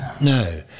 No